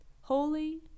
Holy